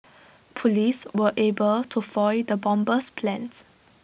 Police were able to foil the bomber's plans